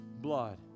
blood